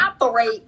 operate